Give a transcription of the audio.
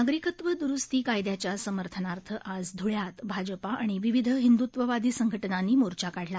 नागरिकत्व द्रुस्ती कायद्याच्या समर्थनार्थ आज धुळ्यात भाजपा आणि विविध हिंदुत्ववादी संघटनांमी मोर्चा काढला